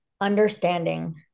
understanding